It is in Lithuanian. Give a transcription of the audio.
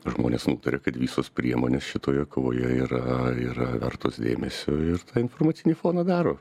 žmonės nutarė kad visos priemonės šitoje kovoje yra yra vertos dėmesio ir informacinį foną daro